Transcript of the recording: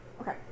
Okay